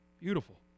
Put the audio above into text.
Beautiful